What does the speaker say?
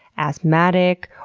asthmatic,